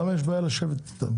למה יש בעיה לשבת איתם?